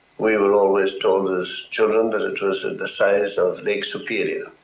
we were always told as children that it was and the size of lake superior.